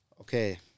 okay